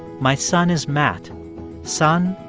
my son is matt son,